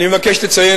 אני מבקש לציין,